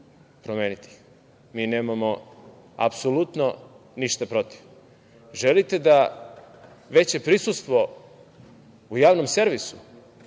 Promenite ga. Mi nemamo apsolutno ništa protiv. Želite veće prisustvo u Javnom servisu?